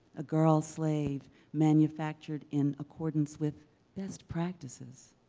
a girl slave manufactured in accordance with best practices,